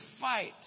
fight